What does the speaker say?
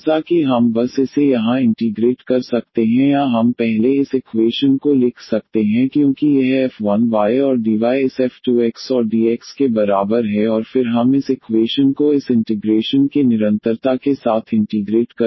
जैसा कि हम बस इसे यहाँ इंटीग्रेट कर सकते हैं या हम पहले इस इक्वेशन को लिख सकते हैं क्योंकि यह f 1 y और dy इस f2x और dx के बराबर है और फिर हम इस इक्वेशन को इस इंटिग्रेशन के निरंतरता के साथ इंटीग्रेट कर सकते हैं